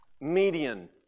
median